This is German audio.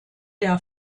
der